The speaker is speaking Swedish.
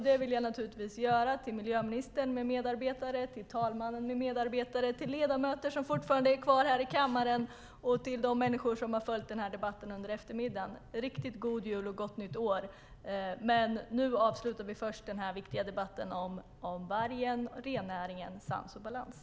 Det vill jag naturligtvis göra till miljöministern med medarbetare, till talmannen med medarbetare, till ledamöter som fortfarande är kvar i kammaren och till de människor som har följt debatten under eftermiddagen. Jag önskar alla en riktigt god jul och ett gott nytt år. Nu avslutar vi först den här viktiga debatten om vargen och rennäringen - sans och balans.